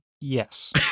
Yes